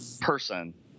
person